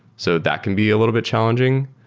so that can be a little bit challenging.